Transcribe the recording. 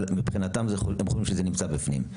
אבל מבחינתם הם חושבים שזה נמצא בפנים.